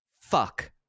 Fuck